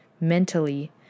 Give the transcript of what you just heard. mentally